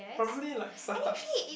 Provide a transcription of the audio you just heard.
probably like startups